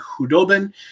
Hudobin